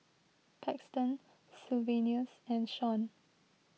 Paxton Sylvanus and Shaun